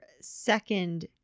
second